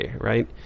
right